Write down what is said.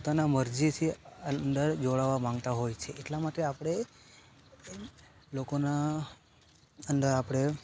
પોતાના મરજીથી અંદર જોડાવા માંગતા હોય છે એટલા માટે આપણે લોકોના અંદર આપણે